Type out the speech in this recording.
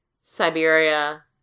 Siberia